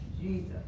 Jesus